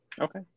Okay